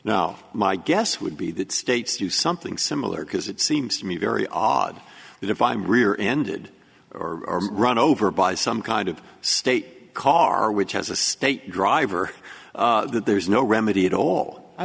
now my guess would be that states you something similar because it seems to me very odd that if i'm rear ended or run over by some kind of state car which has a state driver that there's no remedy at all